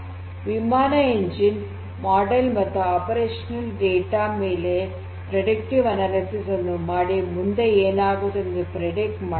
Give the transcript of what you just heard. ವಿಮಾನದ engine model ಮತ್ತು operational data ಮೇಲೆ ಪ್ರೆಡಿಕ್ಟಿವ್ ಅನಲಿಟಿಕ್ಸ್ ಅನ್ನು ಮಾಡಿ ಮುಂದೆ ಏನಾಗುತ್ತದೆ ಎಂದು ಪ್ರೆಡಿಕ್ಟ್ ಮಾಡಬಹುದು